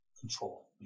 control